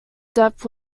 debt